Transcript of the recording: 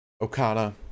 Okada